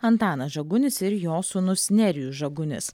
antanas žagunis ir jo sūnus nerijus žagunis